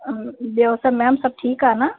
ॿियो सभु मैम सभु ठीकु आहे न